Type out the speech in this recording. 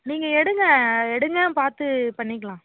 நீங்கள் எடுங்க எடுங்க பார்த்து பண்ணிக்கலாம்